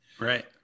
Right